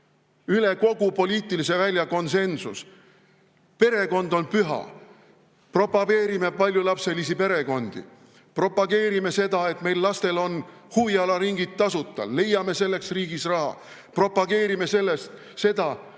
üle kogu poliitilise välja konsensus: perekond on püha. Propageerime paljulapselisi perekondi. Propageerime seda, et meie lastel on huvialaringid tasuta, leiame selleks riigis raha. Propageerime seda ja seisame